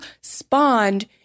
spawned